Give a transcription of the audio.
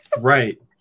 Right